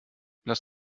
lass